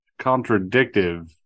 contradictive